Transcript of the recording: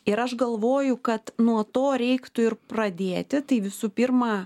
ir aš galvoju kad nuo to reiktų ir pradėti tai visų pirma